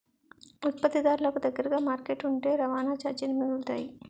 ఉత్పత్తిదారులకు దగ్గరగా మార్కెట్ ఉంటే రవాణా చార్జీలు మిగులుతాయి